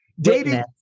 dating